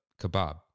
kebab